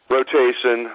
rotation